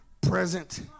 present